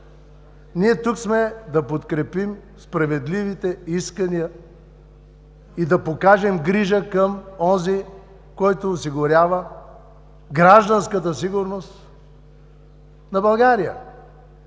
сме тук да подкрепим справедливите искания и да покажем грижа към онзи, който осигурява гражданската сигурност на България.